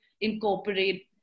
incorporate